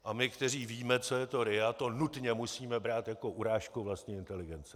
A my, kteří víme, co je to RIA, to nutně musíme brát jako urážku vlastní inteligence.